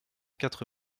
quatre